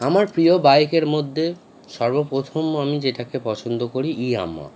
আমার প্রিয় বাইকের মধ্যে সর্বপ্রথম আমি যেটাকে পছন্দ করি ইয়ামাহা